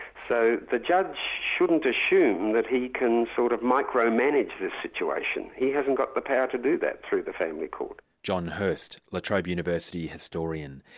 so the judge shouldn't assume that he can sort of micro-manage this situation he hasn't got the power to do that through the family court. john hirst, la trobe university historian.